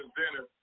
dinner